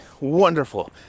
Wonderful